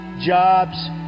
jobs